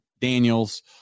daniels